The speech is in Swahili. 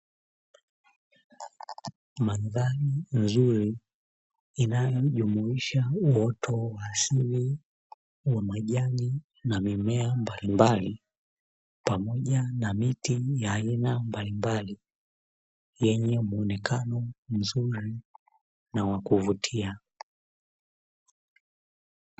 Mandhari nzuri inayojumuisha uoto wa asili wa majani na mimea mbalimbali pamoja na miti ya aina mbalimbali yenye muonekano mzuri na wa kuvutia.